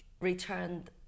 Returned